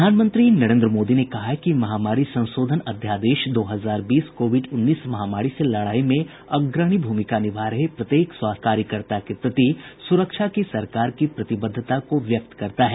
प्रधानमंत्री नरेंद्र मोदी ने कहा है कि महामारी संशोधन अध्यादेश दो हजार बीस कोविड उन्नीस महामारी से लड़ाई में अग्रणी भूमिका निभा रहे प्रत्येक स्वास्थ्य कार्यकर्ता के प्रति सुरक्षा की सरकार की प्रतिबद्धता को व्यक्त करता है